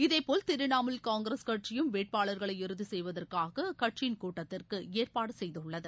இதேபோல் திரிணாமுல் காங்கிரஸ் கட்சியும் வேட்பாளர்களை இறுதி செய்வதற்காக அக்கட்சியின் கூட்டத்திற்கு ஏற்பாடு செய்துள்ளது